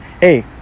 hey